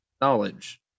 knowledge